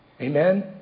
Amen